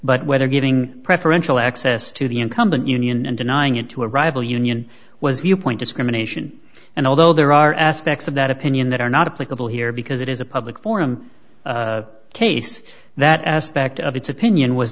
but whether giving preferential access to the incumbent union and denying it to a rival union was viewpoint discrimination and although there are aspects of that opinion that are not a political here because it is a public forum case that aspect of its opinion was